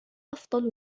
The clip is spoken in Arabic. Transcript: أفضل